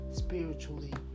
spiritually